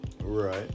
Right